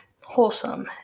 wholesome